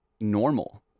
normal